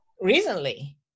recently